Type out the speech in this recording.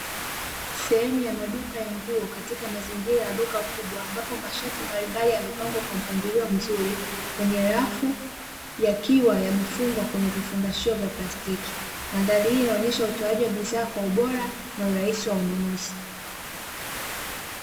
Sehemu ya maduka katika mazingira ya duka kubwa, ambapo mashati ya aina mbalimbali yamepangwa kwa mpangilio mzuri kwenye rafu, yakiwa yamefungwa kwenye vifungashio vya plastiki. Mandhari hii inaonyesha utoaji wa bidhaa kwa ubora na urahisi wa ununuzi.